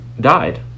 died